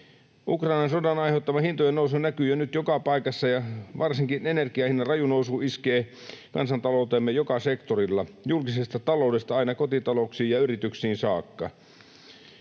Ukrainan sodan aiheuttama hintojen nousu näkyy jo nyt joka paikassa ja varsinkin energian hinnan raju nousu iskee kansantalouteemme joka sektorilla julkisesta taloudesta aina kotitalouksiin ja yrityksiin saakka.